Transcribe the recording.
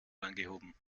angehoben